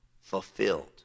fulfilled